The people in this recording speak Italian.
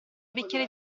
bicchiere